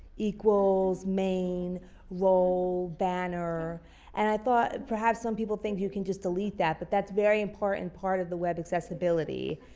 equals main role banner and i thought that perhaps some people think you can just delete that but that's very important part of the web accessibility.